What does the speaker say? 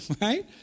right